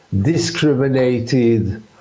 discriminated